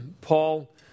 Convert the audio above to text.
Paul